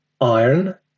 iron